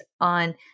on